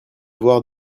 voir